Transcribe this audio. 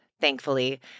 thankfully